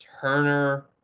Turner